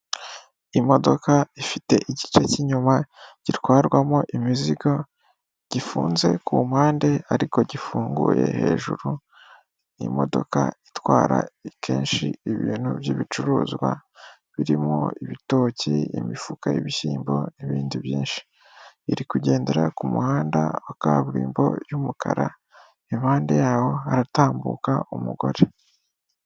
Imodoka ifite igice cy'inyuma gitwarwamo imizigo gifunze ku mpande ariko gifunguye hejuru, ni imodoka itwara ikenshi ibintu by'ibicuruzwa birimo ibitoki imifuka y'ibishyimbo n'ibindi byinshi, iri kugendera ku muhanda wa kaburimbo y'umukara impande yaho hatambuka umugore.